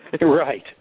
Right